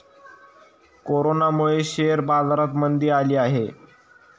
कोरोनामुळे शेअर बाजारात मंदी आली आहे